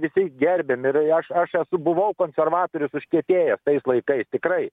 visi gerbiam ir aš aš esu buvau konservatorius užkietėjęs tais laikais tikrai